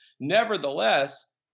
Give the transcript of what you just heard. nevertheless